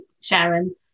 Sharon